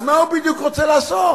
אז מה הוא בדיוק רוצה לעשות?